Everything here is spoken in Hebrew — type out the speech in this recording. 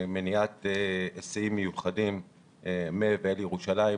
מניעת היסעים מיוחדים מירושלים ואל ירושלים,